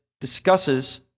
discusses